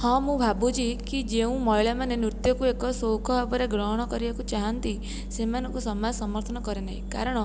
ହଁ ମୁଁ ଭାବୁଛି କି ଯେଉଁ ମହିଳା ମାନେ ନୃତ୍ୟ କୁ ଏକ ସୌଖ ଭାବରେ ଗ୍ରହଣ କରିବାକୁ ଚାହାନ୍ତି ସେମାନଙ୍କୁ ସମାଜ ସମର୍ଥନ କରେ ନାହିଁ କାରଣ